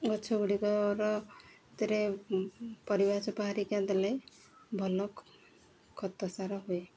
ଗଛ ଗୁଡ଼ିକରଥିରେ ପରିବା ଚୋପା ହେରିକା ଦେଲେ ଭଲ ଖତ ସାର ହୁଏ